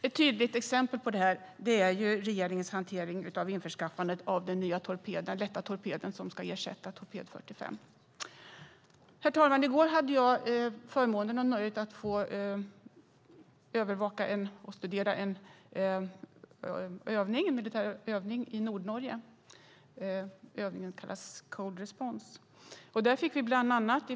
Ett tydligt exempel är regeringens hantering av införskaffandet av den nya lätta torped som ska ersätta torped 45. Herr talman! I går hade jag förmånen och nöjet att få övervaka och studera en militär övning i Nordnorge - övningen Cold Response.